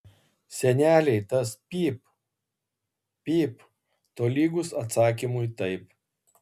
senelei tas pyp pyp tolygus atsakymui taip